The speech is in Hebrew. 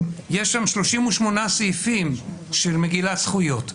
יש שם 38 סעיפים של מגילת זכויות.